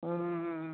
হুম